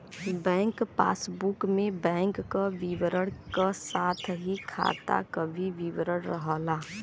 bank passbook में bank क विवरण क साथ ही खाता क भी विवरण रहला